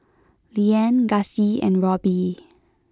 Liane Gussie and Robby